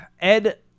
Ed